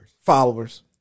Followers